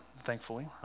thankfully